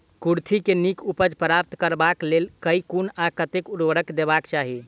कुर्थी केँ नीक उपज प्राप्त करबाक लेल केँ कुन आ कतेक उर्वरक देबाक चाहि?